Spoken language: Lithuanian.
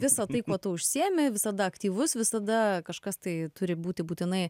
visa tai kuo tu užsiėmi visada aktyvus visada kažkas tai turi būti būtinai